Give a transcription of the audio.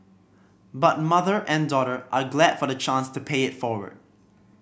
but mother and daughter are glad for the chance to pay it forward